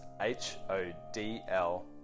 h-o-d-l